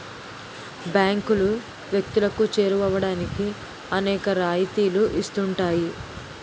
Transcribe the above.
బ్యాంకులు వ్యక్తులకు చేరువవడానికి అనేక రాయితీలు ఇస్తుంటాయి